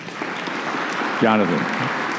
Jonathan